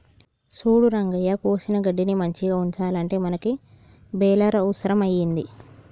సూడు రంగయ్య కోసిన గడ్డిని మంచిగ ఉంచాలంటే మనకి బెలర్ అవుసరం అయింది